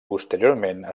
posteriorment